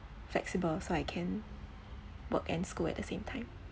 flexible so I can work and school at the same time